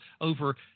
over